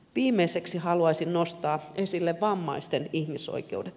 viimeiseksi haluaisin nostaa esille vammaisten ihmisoikeudet